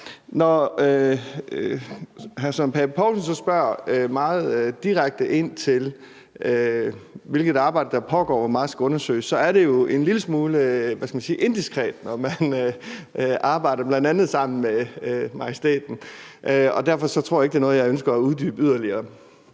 Søren Pape Poulsen så spørger meget direkte ind til, hvilket arbejde der pågår, og hvor meget der skal undersøges, så er det jo en lille smule, hvad skal man sige, indiskret, når man bl.a. arbejder sammen med majestæten, og derfor tror jeg ikke, det er noget, jeg ønsker at uddybe yderligere.